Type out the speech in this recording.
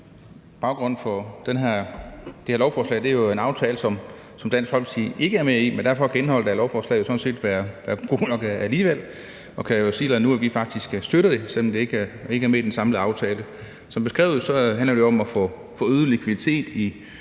Baggrunden for det her lovforslag er jo en aftale, som Dansk Folkeparti ikke er med i, men derfor kan indholdet af lovforslaget jo sådan set være godt nok alligevel. Nu kan jeg jo sige, at vi faktisk støtter det, selv om det ikke er med i den samlede aftale. Som beskrevet handler det jo om at få øget likviditet i